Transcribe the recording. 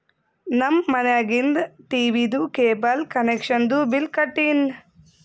ನಮ್ ಮನ್ಯಾಗಿಂದ್ ಟೀವೀದು ಕೇಬಲ್ ಕನೆಕ್ಷನ್ದು ಬಿಲ್ ಕಟ್ಟಿನ್